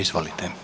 Izvolite.